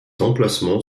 emplacement